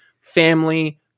family